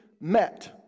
met